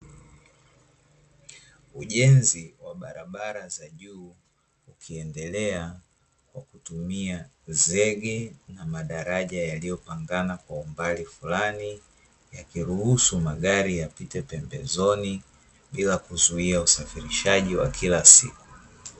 Ujenzi wa barabara za juu, ukiendelea kwa kutumia zege na madaraja yaliyopangana kwa umbali fulani, yakiruhusu magari yapite pembezoni bila kuzuia usafirishaji wa kila siku.